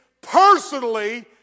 personally